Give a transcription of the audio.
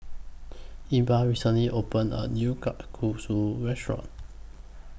Ebba recently opened A New Kalguksu Restaurant